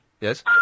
Yes